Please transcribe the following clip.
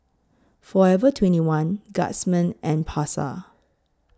Forever twenty one Guardsman and Pasar